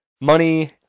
money